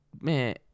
man